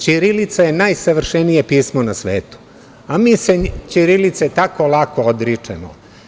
Ćirilica je najsavršenije pismo na svetu, a mi se ćirilice tako lako odričemo.